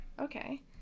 Okay